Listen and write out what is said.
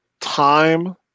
time